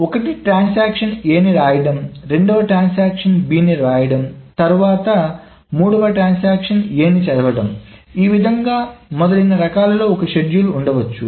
ఒకటో transaction A ని రాయడం రెండవ ట్రాన్సాక్షన్ B ని రాయడం తర్వాత మూడవ ట్రాన్సాక్షన్ A ని చదవడం ఈ విధంగా మొదలైన రకాలలో ఒక షెడ్యూల్ ఉండవచ్చు